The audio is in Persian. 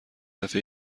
دفعه